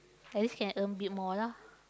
at least can earn bit more lah